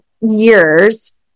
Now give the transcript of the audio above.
years